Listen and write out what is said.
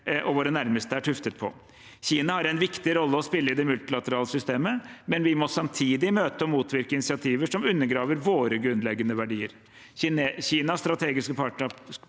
og våre nærmeste er tuftet på. Kina har en viktig rolle å spille i det multilaterale systemet, men vi må samtidig møte og motvirke initiativer som undergraver våre grunnleggende verdier. Kinas strategiske partnerskap